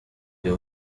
uyu